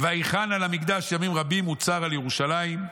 ויחן על המקדש ימים רבים ויצר על ירושלים.